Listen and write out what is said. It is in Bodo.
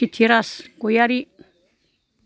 प्रिटिराज गयारि